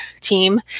team